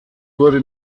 wurde